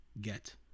get